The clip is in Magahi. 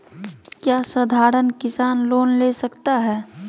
क्या साधरण किसान लोन ले सकता है?